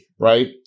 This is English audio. right